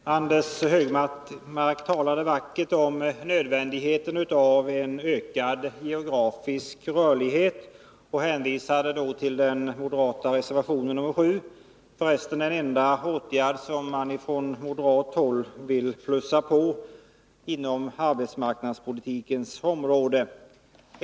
Herr talman! Anders Högmark talade vackert om nödvändigheten av en ökad geografisk rörlighet och hänvisade till den moderata reservationen 7. Det är för resten den enda åtgärd på arbetsmarknadspolitikens område där moderaterna vill plussa på.